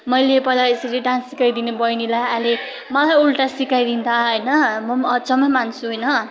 मैले पहिला यसरी डान्स सिकाइदिने बहिनीलाई अहिले मलाई उल्टा सिकाइदिँदा होइन म पनि अचम्मै मान्छु होइन